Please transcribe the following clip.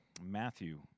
Matthew